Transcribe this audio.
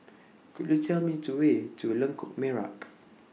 Could YOU Tell Me to Way to Lengkok Merak